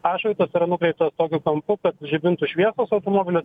atšvaitas yra nukreiptas kokiu kampu žibintų šviesos automobilio